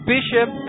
Bishop